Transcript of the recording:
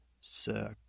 Sir